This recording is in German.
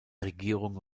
regierung